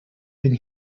been